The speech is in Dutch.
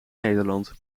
nederland